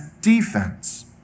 defense